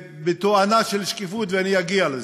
בתואנה של שקיפות, ואני אגיע לזה.